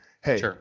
hey